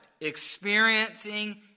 experiencing